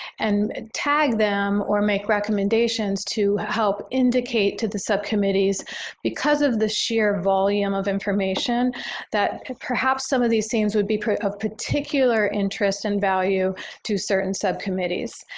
and tag them or make recommendations to help indicate to the subcommittees because of the sheer volume of information that perhaps some of these things would be of particular interest and value to certain subcommittees.